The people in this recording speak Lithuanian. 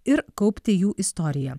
ir kaupti jų istoriją